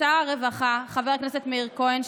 לשר הרווחה חבר הכנסת מאיר כהן,